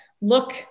look